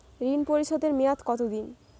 ঋণ পরিশোধের মেয়াদ কত দিন?